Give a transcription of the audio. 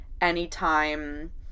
anytime